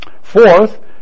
Fourth